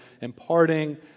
imparting